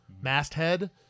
masthead